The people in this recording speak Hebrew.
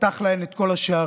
פתח להן את כל השערים.